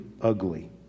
ugly